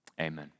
amen